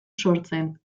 sortzen